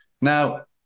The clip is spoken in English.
Now